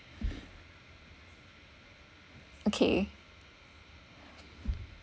okay